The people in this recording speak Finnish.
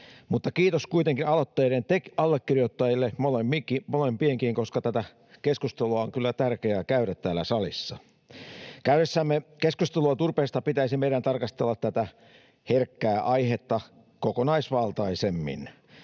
Kiitos kuitenkin aloitteiden allekirjoittajille, molempienkin, koska tätä keskustelua on kyllä tärkeää käydä täällä salissa. Käydessämme keskustelua turpeesta pitäisi meidän tarkastella tätä herkkää aihetta kokonaisvaltaisemmin.